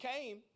came